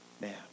man